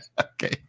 Okay